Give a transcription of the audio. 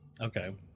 okay